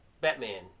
Batman